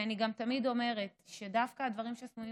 אני גם תמיד אומרת שדווקא הדברים שסמויים